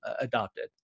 adopted